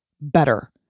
better